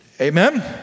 Amen